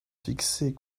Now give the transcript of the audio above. fixés